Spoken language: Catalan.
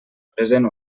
present